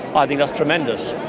i think that's tremendous,